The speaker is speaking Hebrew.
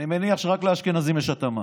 אני מניח שרק לאשכנזים יש התאמה.